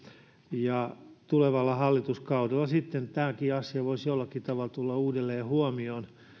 ja tulevalla hallituskaudella sitten tämäkin asia voisi jollakin tavalla tulla uudelleen huomioiduksi